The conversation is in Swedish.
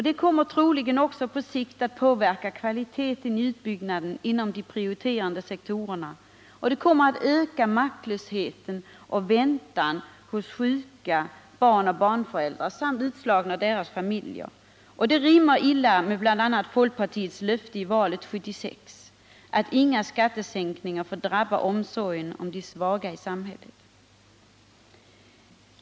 Det kommer troligen också på sikt att påverka kvaliteten i utbyggnaden inom de prioriterande sektorerna och öka maktlösheten och väntan hos sjuka, barn och barnföräldrar samt utslagna och deras familjer. Det rimmar illa med bl.a. folkpartiets löfte i valet 1976, att inga skattesänkningar får drabba omsorgen om de svaga i samhället.